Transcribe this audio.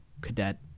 cadet